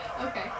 Okay